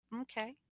okay